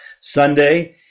Sunday